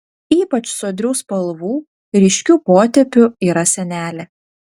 ypač sodrių spalvų ryškių potėpių yra senelė